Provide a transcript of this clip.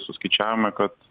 suskaičiavome kad